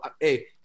hey